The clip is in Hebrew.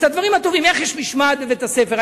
איך יש משמעת בבית-הספר.